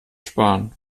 sparen